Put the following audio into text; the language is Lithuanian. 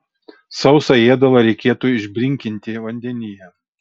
sausą ėdalą reikėtų išbrinkinti vandenyje